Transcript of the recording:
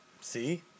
See